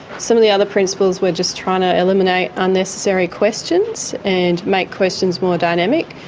some of the other principles, we are just trying to eliminate unnecessary questions and make questions more dynamic.